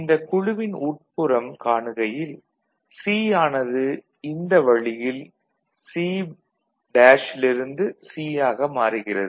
இந்தக் குழுவின் உட்புறம் காணுகையில் C ஆனது இந்த வழியில் C' ல் இருந்து C ஆக மாறுகிறது